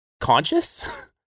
conscious